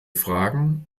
fragen